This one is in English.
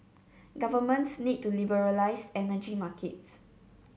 governments need to liberalise energy markets